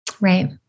right